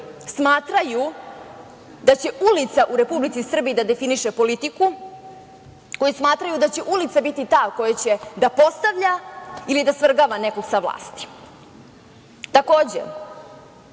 smatraju da će ulica u Republici Srbiji da definiše politiku, koji smatraju da će ulica biti ta koja će da postavlja ili da svrgava nekog sa vlasti. Takođe,